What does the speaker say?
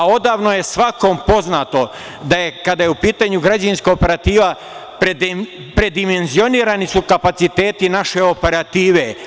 Odavno je svakom poznato da su, kada je u pitanju građevinska operativa, predimenzionirani kapaciteti naše operative.